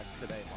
today